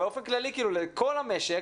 באופן כללי בכל המשק,